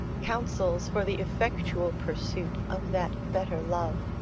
counsels for the effectual pursuit of that better love.